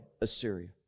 assyria